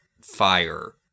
fire